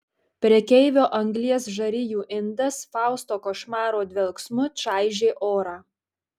prekeivio anglies žarijų indas fausto košmaro dvelksmu čaižė orą